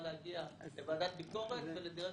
להגיע לוועדת ביקורת ולדירקטורים החיצוניים.